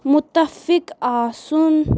مُتفِق آسُن